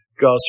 God's